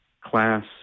class